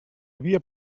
havia